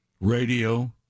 radio